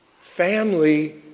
Family